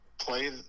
play